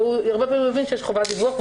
הרבה פעמים הוא מבין שיש חובת דיווח,